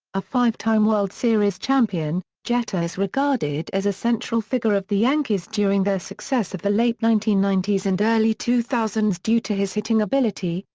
a five-time world series champion, jeter is regarded as a central figure of the yankees during their success of the late nineteen ninety s and early two thousand s due to his hitting ability,